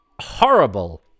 horrible